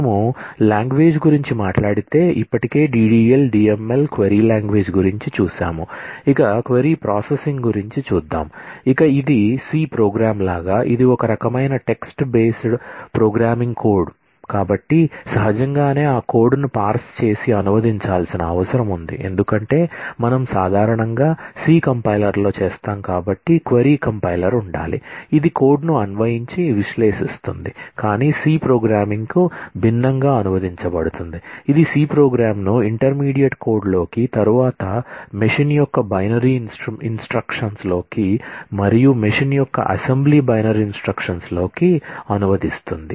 మనము లాంగ్వేజ్ లోకి అనువదిస్తుంది